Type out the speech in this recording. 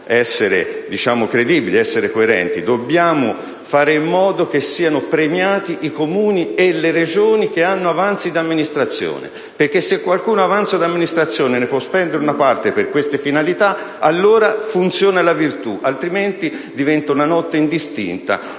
essere credibili e coerenti: dobbiamo fare in modo che siano premiati i Comuni e le Regioni che hanno avanzi di amministrazione. Se qualcuno di questi enti ha un avanzo di amministrazione e ne può spendere una parte per queste finalità, allora la virtù funziona, altrimenti diventa una notte indistinta